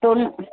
தொ